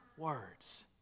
words